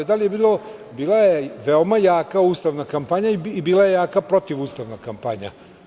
Bila je veoma jaka ustavna kampanja i bila je jaka protivustavna kampanja.